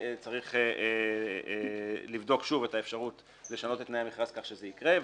צריך לבדוק שוב את האפשרות לשנות את תנאי המכרז כך שזה יקרה,